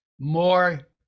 more